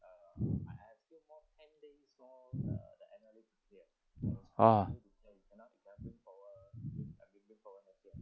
ah